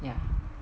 ya